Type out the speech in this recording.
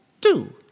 two